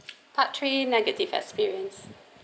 part three negative experience